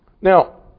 Now